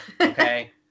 Okay